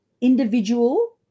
individual